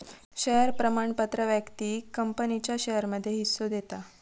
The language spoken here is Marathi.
शेयर प्रमाणपत्र व्यक्तिक कंपनीच्या शेयरमध्ये हिस्सो देता